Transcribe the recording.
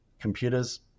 computers